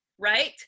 Right